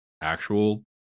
actual